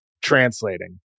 translating